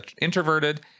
introverted